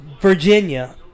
Virginia